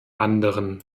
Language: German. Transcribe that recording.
anderen